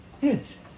Yes